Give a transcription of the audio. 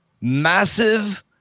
massive